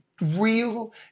real